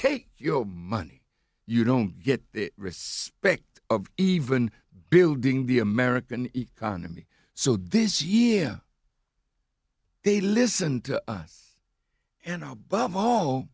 take your money you don't get the respect of even building the american economy so this yeah they listen to us and above all